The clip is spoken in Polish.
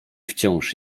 wciąż